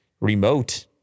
remote